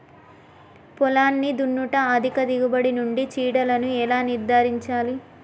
పొలాన్ని దున్నుట అధిక దిగుబడి నుండి చీడలను ఎలా నిర్ధారించాలి?